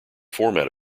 format